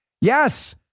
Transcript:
Yes